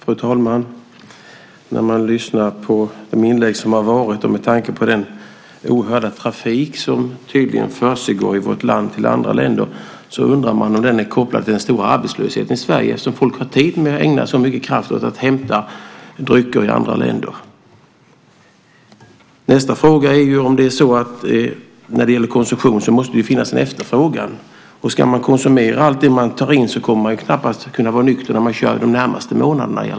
Fru talman! När man lyssnar på inläggen här och med tanke på den oerhörda trafik som tydligen försiggår i vårt land till andra länder undrar man om den är kopplad till den stora arbetslösheten i Sverige, något som då gör att folk har tid att ägna så mycket kraft åt att hämta drycker i andra länder. Nästa fråga gäller konsumtionen. Finns det en konsumtion måste det ju finnas en efterfrågan. Ska man konsumera allt det man tar in kommer man knappast att kunna vara nykter när man kör, i alla fall de närmaste månaderna.